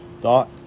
thought